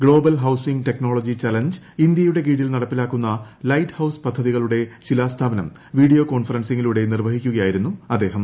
global housing technology challenge ഇന്തൃയുടെ കീഴിൽ നടപ്പാക്കുന്ന ലൈറ്റ് ഹൌസ് പദ്ധതികളുടെ ശിലാസ്ഥാപനം വീഡിയോ കോൺഫറൻസിംഗിലൂടെ നിർവ്വഹിക്കുകയായിരുന്നു അദ്ദേഹം